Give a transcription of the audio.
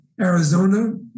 Arizona